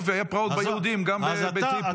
יופי, היו פרעות ביהודים גם בטריפולי, גם בעיראק.